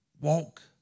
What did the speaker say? walk